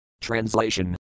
Translation